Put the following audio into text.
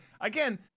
again